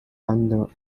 under